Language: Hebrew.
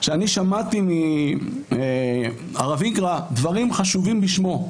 שאני שמעתי מהרב איגרא דברים חשובים בשמו.